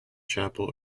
chapel